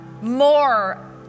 more